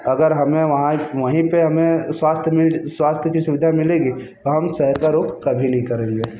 अगर हमें वहाँ वहीं पर हमें स्वास्थ्य स्वास्थ्य की सुविधा मिलेगी तो हम शहर का रुख कभी नहीं करेंगे